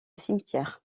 cimetière